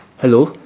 hello